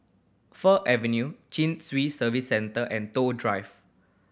Fir Avenue Chin Swee Service Centre and Toh Drive